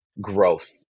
growth